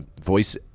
voice